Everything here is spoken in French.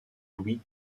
louis